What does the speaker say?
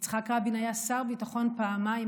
יצחק רבין היה שר ביטחון פעמיים,